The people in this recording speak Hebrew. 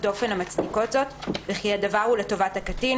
דופן המצדיקות זאת וכי הדבר הוא לטובת הקטין,